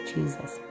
Jesus